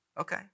okay